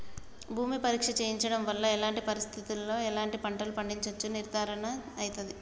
భూమి పరీక్ష చేయించడం వల్ల ఎలాంటి పరిస్థితిలో ఎలాంటి పంటలు వేయచ్చో నిర్ధారణ అయితదా?